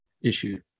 issue